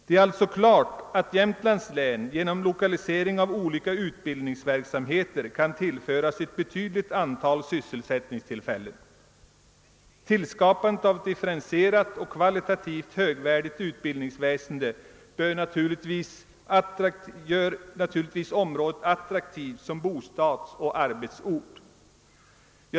Det är alltså klart att Jämtlands län genom lokalisering av olika utbildningsverksamheter kan tillföras ett betydligt antal sysselsättningstillfällen. Tillskapandet av ett differentierat och kvalitativt högvärdigt utbildningsväsende gör naturligtvis området attraktivt som bostadsoch arbetsort.